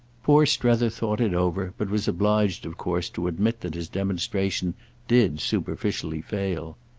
poor strether thought it over, but was obliged of course to admit that his demonstration did superficially fail.